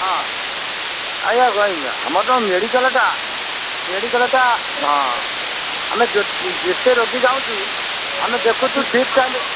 ହଁ ଆଜ୍ଞା ଆମର ତ ମେଡ଼ିକାଲ୍ଟା ମେଡ଼ିକାଲ୍ଟା ହଁ ଆମେ ଯୋ ଯେତେ ରୋଗୀ ଯାଉଁଛୁ ଆମେ ଦେଖୁଛୁ ଠିକ୍ ଟାଇମ୍